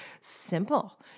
Simple